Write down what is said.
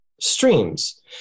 streams